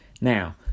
Now